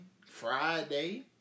Friday